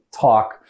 talk